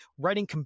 Writing